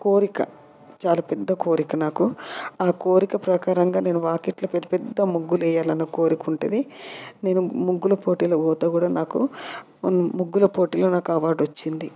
కోరిక చాలా పెద్ద కోరిక నాకు ఆ కోరిక ప్రకారంగా నేను వాకిట్లో పెద్ద పెద్ద ముగ్గులు వేయాలని కోరుకుంటుంది నేను ముగ్గుల పోటీలో పోతే కూడా నాకు ముగ్గుల పోటీలో నాకు అవార్డు వచ్చింది